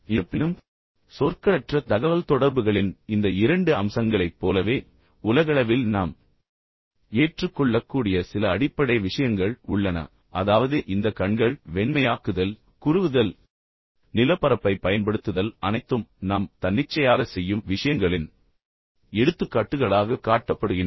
இருப்பினும் சொற்களற்ற தகவல்தொடர்புகளின் இந்த இரண்டு அம்சங்களைப் போலவே உலகளவில் நாம் ஏற்றுக்கொள்ளக்கூடிய சில அடிப்படை அடிப்படை விஷயங்கள் உள்ளன அதாவது இந்த கண்கள் வெண்மையாக்குதல் பின்னர் குறுகுதல் பின்னர் நிலப்பரப்பைப் பயன்படுத்துதல் அனைத்தும் நாம் தன்னிச்சையாகச் செய்யும் விஷயங்களின் எடுத்துக்காட்டுகளாகக் காட்டப்படுகின்றன